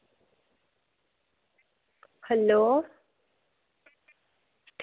hello